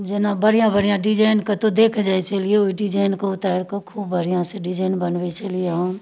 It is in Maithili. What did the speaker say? जेना बढ़िआँ बढ़िआँ डिजाइन कतौ देख जाइ छलियै ओइ डिजाइनके उतारिकऽ खूब बढ़िआँसँ डिजाइन बनबै छलियै हँ